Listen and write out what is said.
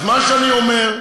אז מה שאני אומר: